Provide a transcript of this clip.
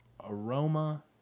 aroma